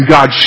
God